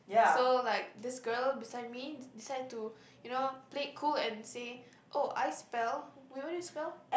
so like this girl beside me decide to you know play it cool and say oh I spell wait what did you spell